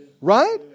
Right